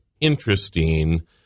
interesting